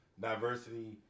diversity